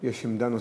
יש עמדה נוספת.